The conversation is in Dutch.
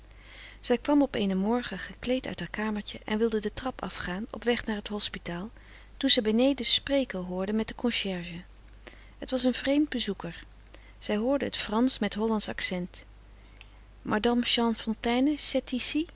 zij kwam op eenen morgen gekleed uit haar kamertje en wilde de trap afgaan op weg naar t hospitaal toen frederik van eeden van de koele meren des doods zij beneden spreken hoorde met de concierge het was een vreemd bezoeker zij hoorde t fransch met hollandsch accent madame